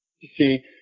see